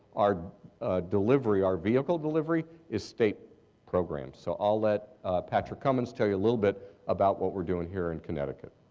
our delivery, our vehicle delivery is state programs. so i'll let patrick comins tell you a little bit about what we are doing here in connecticut.